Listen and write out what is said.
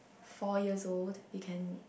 four years old they can